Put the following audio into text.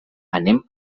anem